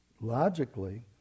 logically